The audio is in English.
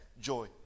joy